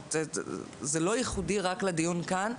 זה לא ייחודי רק לדיון כאן.